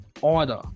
order